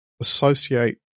associate